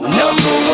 number